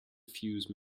fuse